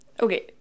okay